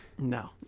No